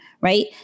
Right